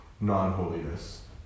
non-holiness